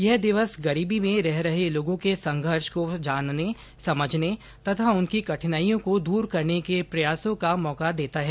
यह दिवस गरीबी में रह रहे लोगों के संघर्ष को जानने समझने तथा उनकी कठिनाइयों को दूर करने के प्रयासों का मौका देता है